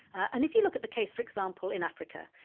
and if you look at the case, for example, in africa,